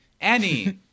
Annie